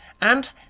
and